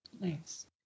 Nice